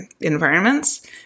environments